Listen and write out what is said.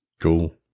Cool